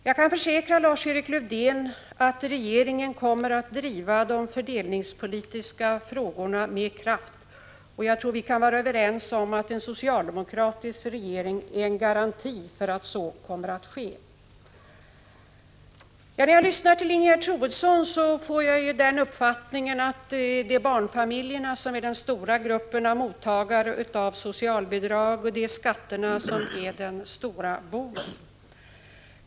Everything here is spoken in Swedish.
Jag kan försäkra Lars-Erik Lövdén att regeringen kommer att driva de fördelningspolitiska frågorna med kraft, och jag tror vi kan vara överens om att en socialdemokratisk regering är en garanti för att så kommer att ske. När jag lyssnar till Ingegerd Troedsson får jag uppfattningen att det är barnfamiljerna som är den stora gruppen av mottagare av socialbidrag och att det är skatterna som är den stora boven.